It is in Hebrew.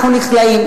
אנחנו נכלאים,